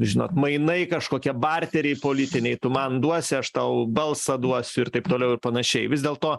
žinot mainai kažkokie barteriai politiniai tu man duosi aš tau balsą duosiu ir taip toliau ir panašiai vis dėlto